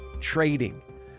trading